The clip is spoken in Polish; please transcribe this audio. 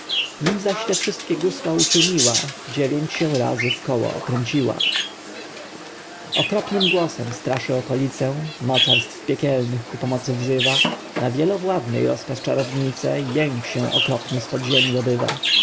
nim zaś te wszystkie gusła uczyniła dziewięć się razy wkoło okręciła okropnym głosem straszy okolice mocarstw piekielnych ku pomocy wzywa na wielowładnej rozkaz czarownice jęk się okropny z pod ziemi